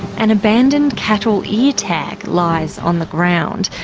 an abandoned cattle ear tag lies on the ground,